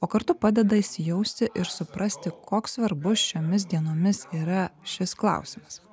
o kartu padeda įsijausti ir suprasti koks svarbus šiomis dienomis yra šis klausimas